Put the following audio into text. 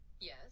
Yes